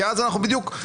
כי אם כבר פרסונלי,